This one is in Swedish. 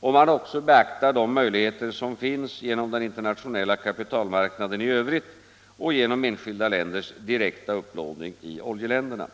om man också beaktar de möjligheter som finns genom den internationella kapitalmarknaden i övrigt och genom enskilda länders direkta upplåning i oljeländerna.